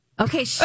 Okay